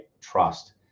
trust